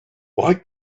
why